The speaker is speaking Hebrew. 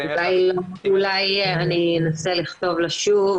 אולי אני אנסה לכתוב לה שוב,